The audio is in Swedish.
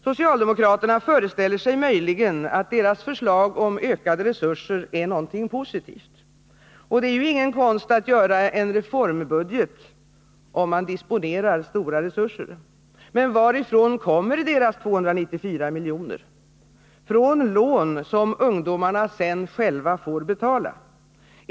Socialdemokraterna föreställer sig möjligen att deras förslag om ökade resurser är något positivt. Det är ju ingen konst att göra en reformbudget om man disponerar stora resurser. Men varifrån kommer deras 294 miljoner? Jo, från lån som ungdomarna sedan själva får betala.